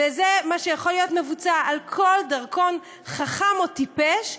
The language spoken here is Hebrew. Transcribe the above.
וזה מה שיכול להיות מבוצע על כל דרכון חכם או טיפש.